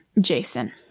Jason